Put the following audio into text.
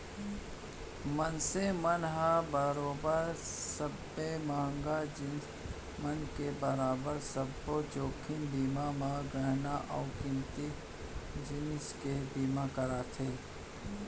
मनसे मन ह बरोबर सबे महंगा जिनिस मन के बरोबर सब्बे जोखिम बीमा म गहना अउ कीमती जिनिस के बीमा करवाथे